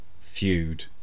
Feud